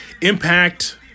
Impact